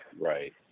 Right